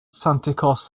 santikos